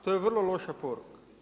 To je vrlo loša poruka.